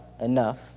enough